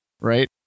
right